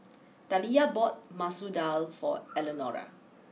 Taliyah bought Masoor Dal for Eleanora